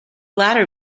latter